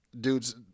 dudes